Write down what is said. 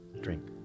Drink